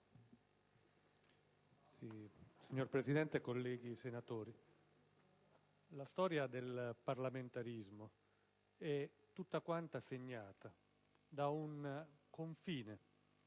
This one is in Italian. Signora Presidente, colleghi senatori, la storia del parlamentarismo è tutta segnata da un confine